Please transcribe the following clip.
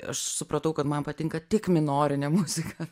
aš supratau kad man patinka tik minorinė muzika